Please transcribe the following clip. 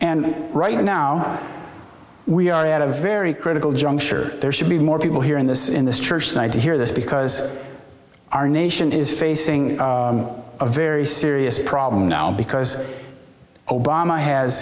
and right now we are at a very critical juncture there should be more people here in this in this church tonight to hear this because our nation is facing a very serious problem now because obama has